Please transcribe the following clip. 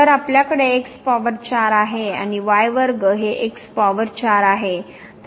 तर आपल्याकडे x power 4 आहे आणि y वर्ग हे x पॉवर 4 आहे